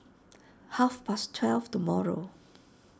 half past twelve tomorrow